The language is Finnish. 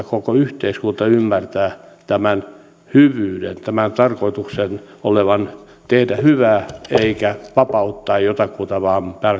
koko yhteiskunta ymmärtää tämän hyvyyden tämän tarkoituksen olevan tehdä hyvää eikä vain vapauttaa jotakuta